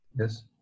Yes